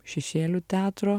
šešėlių teatro